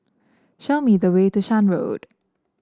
show me the way to Shan Road